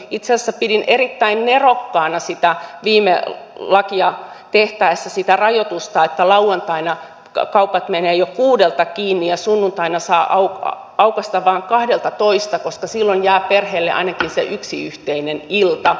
itse asiassa pidin erittäin nerokkaana viime lakia tehtäessä sitä rajoitusta että lauantaina kaupat menevät jo kuudelta kiinni ja sunnuntaina saa aukaista vasta kahdeltatoista koska silloin jää perheelle ainakin se yksi yhteinen ilta